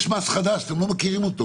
יש מס חדש, אתם לא מכירים אותו